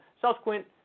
subsequent